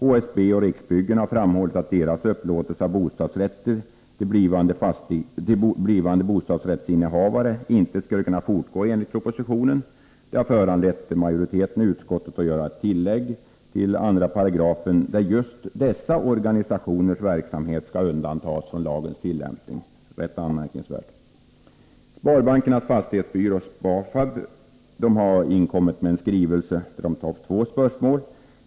HSB och Riksbyggen har framhållit att deras upplåtelse av bostadsrätter till blivande bostadsrättsinnehavare inte skulle kunna fortgå med propositionens skrivning. Detta har föranlett majoriteten i utskottet att göra ett tillägg till 2 § med innebörden att just dessa organisationers verksamhet skall undantas från lagens tillämpning. Det är ganska anmärkningsvärt. Sparbankernas Fastighetsbyrå, SPAFAB, har inkommit med en skrivelse där man tar upp två spörsmål.